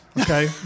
Okay